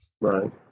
Right